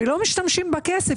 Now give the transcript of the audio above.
כלומר,